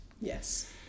Yes